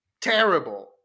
terrible